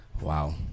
Wow